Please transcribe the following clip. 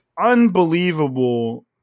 unbelievable